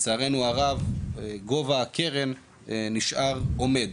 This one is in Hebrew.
לצערנו הרב, גובה הקרן נשאר עומד.